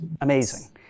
amazing